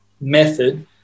method